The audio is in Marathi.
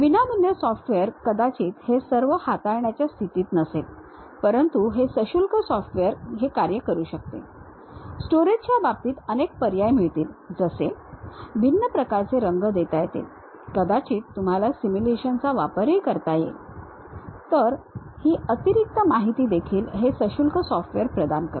विनामूल्य सॉफ्टवेअर कदाचित हे सर्व हाताळण्याच्या स्थितीत नसेल परंतु हे सशुल्क सॉफ्टवेअर हे कार्य करू शकते स्टोरेजच्या बाबतीत अनेक पर्याय मिळतील जसे भिन्न प्रकारचे रंग देता येतील कदाचित तुम्हाला सिम्युलेशन चा वापर करता येईल तर ही अतिरिक्त माहिती देखील हे सशुल्क सॉफ्टवेअर प्रदान करते